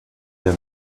der